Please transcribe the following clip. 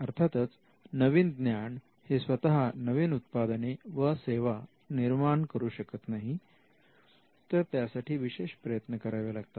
अर्थातच नवीन ज्ञान हे स्वतः नवीन उत्पादने व सेवा निर्माण करू शकत नाही तर त्यासाठी विशेष प्रयत्न करावे लागतात